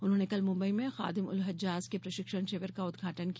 उन्होंने कल मुंबई में खादिम उल हज्जाज के प्रशिक्षण शिविर का उद्घाटन किया